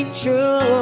true